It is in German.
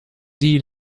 die